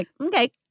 okay